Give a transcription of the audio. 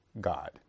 God